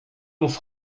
mów